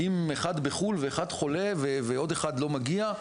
אם אחד בחו"ל ואחד חולה ועוד לא מגיע,